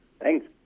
Thanks